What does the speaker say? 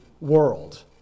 world